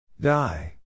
Die